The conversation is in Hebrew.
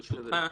ברשותך: